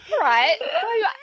right